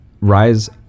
rise